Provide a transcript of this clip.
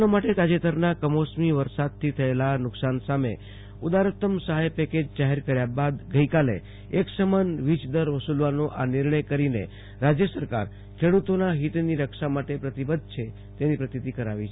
કિશાનો માટે તાજેતરના કમોસમી વરસાદ થયેલા નુકશાની સામે ઉદારતમ સહાય પેકેજ જાહેર કર્યા બાદ ગઈકાલે એક સમાન વીજ દર વસુલવાનો નિર્ણય કરીને રાજય સરકારે ખેડૂતોના હિતની રક્ષા માટે પ્રતિબિંબ છે તેની પ્રતિતિ કરાવી છે